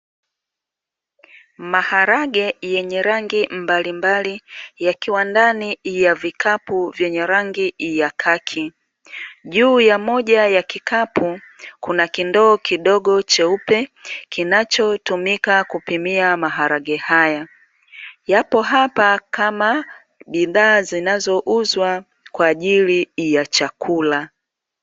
Maharage yenye rangi mbalimbali, yakiwa ndani ya vikapu vyenye rangi ya kaki, juu ya moja ya kikapu kuna kindoo kidogo cheupe kinachotumika kupimia maharage haya, yapo hapa kama bidhaa zinazouzwa kwa ajili ya chakula.